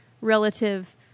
relative